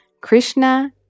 krishna